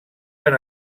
van